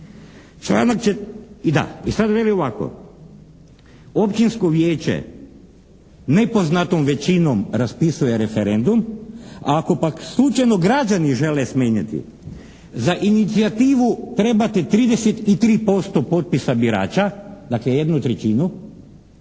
Sad veli ovako. Općinsko vijeće nepoznatom većinom raspisuje referendum a ako pak slučajno građani žele smijeniti za inicijativu trebate 33% potpisa birača, dakle jednu trećinu,